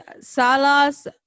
Salas